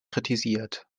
kritisiert